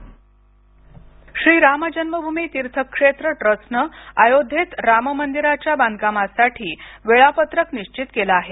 राम मंदिर श्री राम जन्मभूमी तीर्थ क्षेत्र ट्रस्टनं अयोध्येत राम मंदिराच्या बांधकामासाठी वेळापत्रक निश्वित केलं आहे